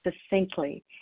succinctly